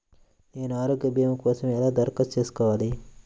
నేను ఆరోగ్య భీమా కోసం ఎలా దరఖాస్తు చేసుకోవాలి?